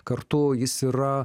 kartu jis yra